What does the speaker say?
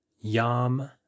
yam